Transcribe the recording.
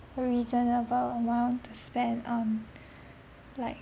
a reasonable amount to spend on like